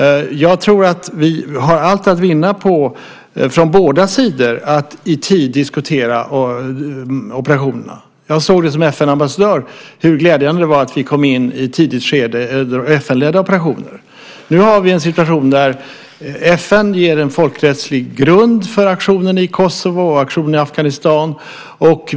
Jag tror att vi från båda sidor har allt att vinna på att i tid diskutera operationerna. Jag såg som FN-ambassadör hur glädjande det var att vi kom in i ett tidigt skede i FN-ledda operationer. Nu har vi en situation där FN ger en folkrättslig grund för aktionen i Kosovo och aktionen i Afghanistan.